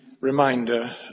reminder